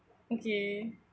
okay